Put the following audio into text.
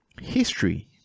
history